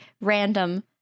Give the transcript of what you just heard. random